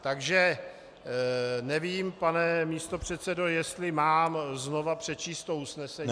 Takže nevím, pane místopředsedo, jestli mám znovu přečíst to usnesení.